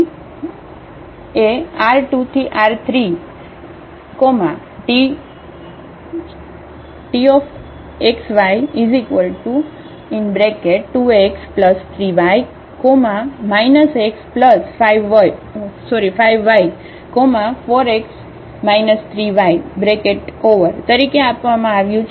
તેથી આ TR2R3 Txy2x3y x5y4x 3y તરીકે આપવામાં આવ્યું છે